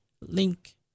link